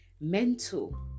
mental